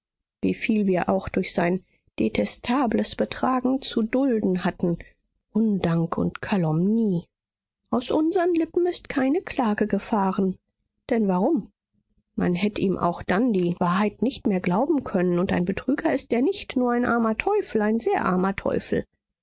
ende wieviel wir auch durch sein detestables betragen zu dulden hatten undank und calomnie aus unsern lippen ist keine klage gefahren denn warum man hätt ihm auch dann die wahrheit nicht mehr glauben können und ein betrüger ist er nicht nur ein armer teufel ein sehr armer teufel